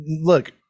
look